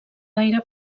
gaire